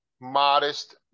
modest